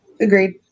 Agreed